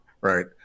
Right